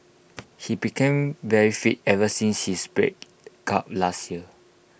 he became very fit ever since his breakup last year